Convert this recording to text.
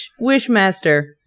Wishmaster